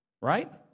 right